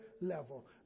level